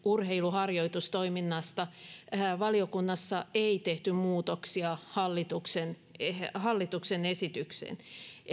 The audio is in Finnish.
harjoitustoiminnasta valiokunnassa ei tehty muutoksia hallituksen hallituksen esitykseen